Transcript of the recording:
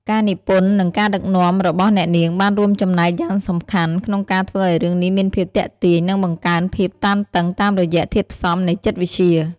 ការនិពន្ធ និងការដឹកនាំរបស់អ្នកនាងបានរួមចំណែកយ៉ាងសំខាន់ក្នុងការធ្វើឱ្យរឿងនេះមានភាពទាក់ទាញ និងបង្កើនភាពតានតឹងតាមរយៈធាតុផ្សំនៃចិត្តវិទ្យា។